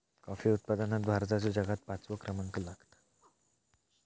coffee उत्पादनात भारताचो जगात पाचवो क्रमांक लागता